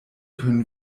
können